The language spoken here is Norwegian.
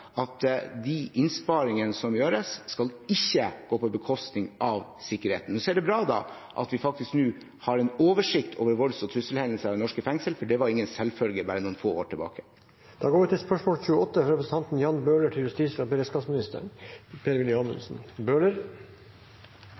at de innsparingene som gjøres, ikke skal gå på bekostning av sikkerheten. Og det er bra at vi faktisk nå har en oversikt over volds- og trusselhendelser i norske fengsel, for det var ingen selvfølge bare noen få år tilbake i tid. Jeg vil gjerne stille følgende spørsmål til justis- og beredskapsministeren: